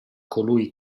colui